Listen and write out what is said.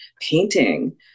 painting